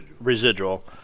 Residual